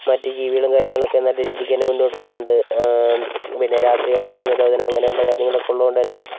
മറ്റു ജീവികളും കാര്യങ്ങളൊക്കെ നല്ല രീതിക്ക് തന്നെ മുന്നോട്ട് പോകുന്നുണ്ട് പിന്നെ രാത്രി യാത്ര നിരോധനം അങ്ങനെയുള്ള കാര്യങ്ങളൊക്കേ ഉള്ളതുകൊണ്ട് തന്നെ